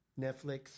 Netflix